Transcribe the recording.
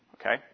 Okay